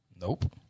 Nope